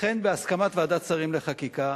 לכן, בהסכמת ועדת שרים לחקיקה,